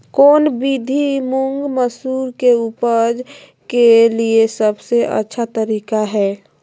कौन विधि मुंग, मसूर के उपज के लिए सबसे अच्छा तरीका है?